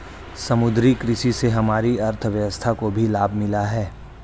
समुद्री कृषि से हमारी अर्थव्यवस्था को भी लाभ मिला है